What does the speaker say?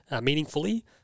meaningfully